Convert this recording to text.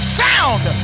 sound